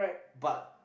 but